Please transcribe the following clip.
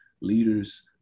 leaders